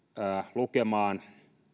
lukemaan